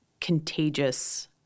contagious